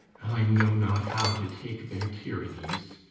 i know not how to take their tyrannies.